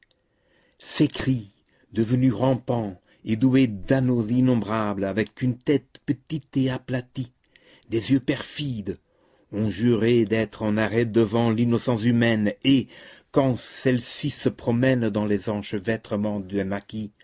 ces cris devenus rampants et doués d'anneaux innombrables avec une tête petite et aplatie des yeux perfides ont juré d'être en arrêt devant l'innocence humaine et quand celle-ci se promène dans les enchevêtrements des maquis